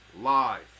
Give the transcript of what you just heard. live